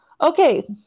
okay